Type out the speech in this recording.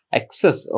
access